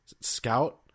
scout